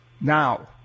Now